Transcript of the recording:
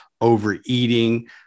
overeating